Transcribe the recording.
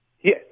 Yes